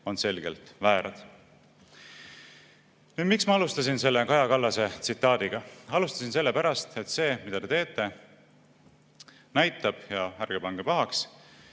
on selgelt väärad. Miks ma alustasin selle Kaja Kallase tsitaadiga? Alustasin sellepärast, et see, mida te teete, näitab – ja ärge pange pahaks